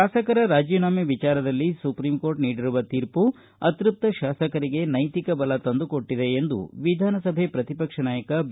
ಶಾಸಕರ ರಾಜೀನಾಮೆ ವಿಚಾರದಲ್ಲಿ ಸುಪ್ರೀಂಕೋರ್ಟ್ ನೀಡಿರುವ ತೀರ್ಮ ಅತೃಪ್ತ ಶಾಸಕರಿಗೆ ನೈತಿಕ ಬಲ ತಂದುಕೊಟ್ಟಿದೆ ಎಂದು ವಿಧಾನಸಭೆ ಪ್ರತಿಪಕ್ಷ ನಾಯಕ ಬಿ